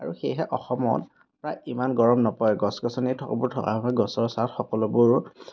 আৰু সেইহে অসমত প্ৰায় ইমান গৰম নপৰে গছ গছনি থকাৰ বাবে গছৰ ছাঁত সকলোবোৰ